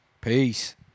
Peace